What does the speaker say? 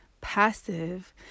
passive